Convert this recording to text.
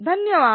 धन्यवाद